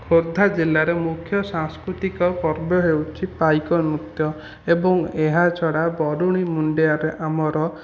ଖୋର୍ଦ୍ଧା ଜିଲ୍ଲାରେ ମୁଖ୍ୟ ସାଂସ୍କୃତିକ ପର୍ବ ହେଉଛି ପାଇକ ନୃତ୍ୟ ଏବଂ ଏହା ଛଡ଼ା ବରୁଣେଇ ମୁଣ୍ଡିଆରେ ଆମର